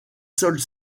sols